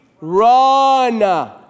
run